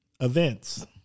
Events